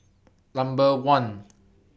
Number one